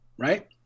right